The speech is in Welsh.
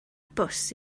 bws